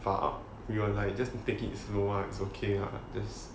far out we were like just take it slow lah it's okay lah just